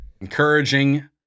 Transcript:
Encouraging